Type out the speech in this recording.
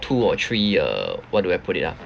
two or three uh what do I put it ah